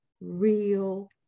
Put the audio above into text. real